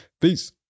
Peace